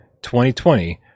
2020